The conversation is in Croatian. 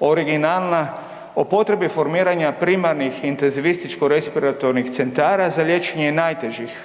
originalna o potrebi formiranja primarnih intenzivističko-respiratornih centara za liječenje najtežih